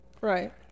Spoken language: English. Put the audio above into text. Right